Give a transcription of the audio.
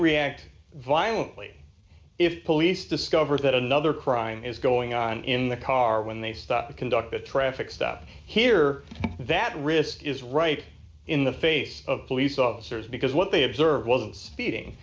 react violently if police discover that another crime is going on in the car when they stop to conduct a traffic stop here that risk is right in the face of police officers because what they observed was speeding